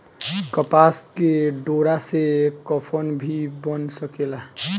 कपास के डोरा से कफन भी बन सकेला